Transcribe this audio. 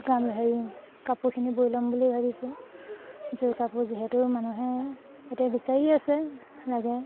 হেৰি কাপোৰখিনি বৈ ল'ম বুলি ভাবিছোঁ যোৰ কাপোৰ যিহেতু মানুহে এতিয়া বিচাৰি আছে লাগে